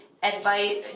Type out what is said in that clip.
advice